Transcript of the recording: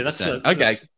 Okay